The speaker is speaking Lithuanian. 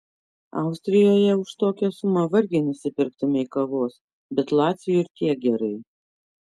austrijoje už tokią sumą vargiai nusipirktumei kavos bet laciui ir tiek gerai